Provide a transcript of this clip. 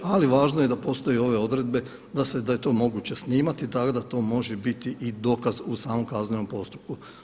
Ali važno je da postoje ove odredbe da je to moguće snimati i tada to može biti i dokaz u samom kaznenom postupku.